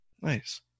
Nice